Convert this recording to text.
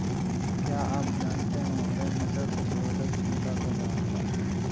क्या आप जानते है हरे मटर प्रतिरोधक क्षमता को बढ़ाता है?